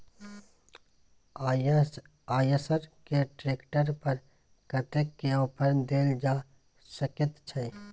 आयसर के ट्रैक्टर पर कतेक के ऑफर देल जा सकेत छै?